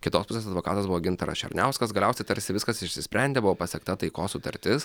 kitos pusės advokatas buvo gintaras černiauskas galiausiai tarsi viskas išsisprendė buvo pasiekta taikos sutartis